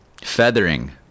feathering